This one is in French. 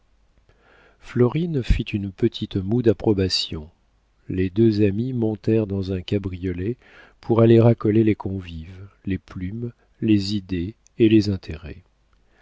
florine fit une petite moue d'approbation les deux amis montèrent dans un cabriolet pour aller racoler les convives les plumes les idées et les intérêts